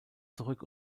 zurück